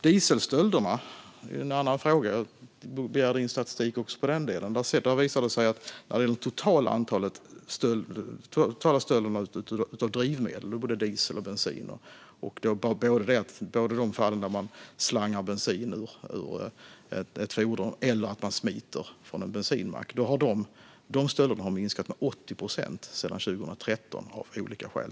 Dieselstölderna är en annan fråga. Jag begärde in statistik också över den delen. Det visar sig att det totala antalet stölder av drivmedel - alltså både diesel och bensin och både de fall där man slangar bensin ur ett fordon och där man smiter från en bensinmack - av olika skäl har minskat med 80 procent sedan 2013.